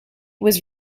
was